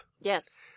Yes